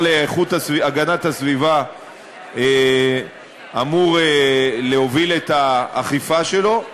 להגנת הסביבה אמור להוביל את האכיפה שלו.